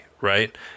right